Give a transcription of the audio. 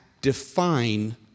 define